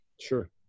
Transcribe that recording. Sure